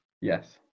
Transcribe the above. Yes